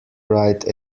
ride